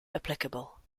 applicable